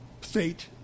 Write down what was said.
fate